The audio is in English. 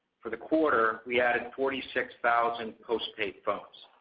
for the quarter, we added forty six thousand postpaid phones.